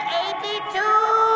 eighty-two